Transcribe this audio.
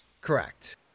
Correct